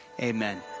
amen